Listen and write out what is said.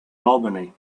albany